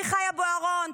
אביחי בוארון,